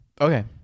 Okay